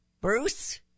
Bruce